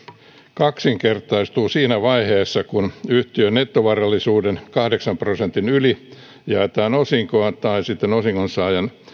kaksinkertaistuu siinä vaiheessa kun yhtiön nettovarallisuuden kahdeksan prosentin yli jaetaan osinkoa tai sitten osingonsaajan